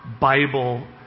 Bible